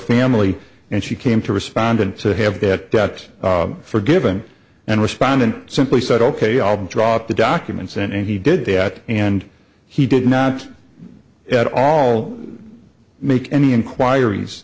family and she came to respondent to have that debt forgiven and respondent simply said ok i'll drop the documents and he did that and he did not at all make any inquiries